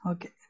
Okay